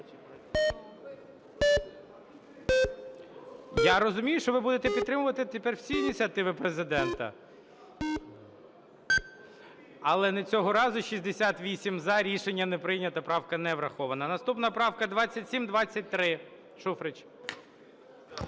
Я розумію, що ви будете підтримувати тепер всі ініціативи Президента. Але не цього разу. 11:59:18 За-68 Рішення не прийнято. Правка не врахована. Наступна правка - 2723, Шуфрич.